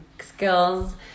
skills